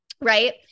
right